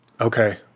okay